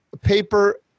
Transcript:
paper